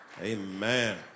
Amen